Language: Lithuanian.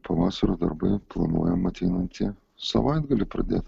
pavasario darbai planuojam ateinantį savaitgalį pradėt